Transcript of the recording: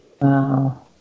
Wow